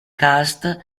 cast